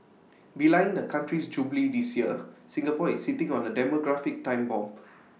belying the country's jubilee this year Singapore is sitting on A demographic time bomb